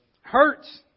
Hurts